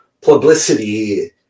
publicity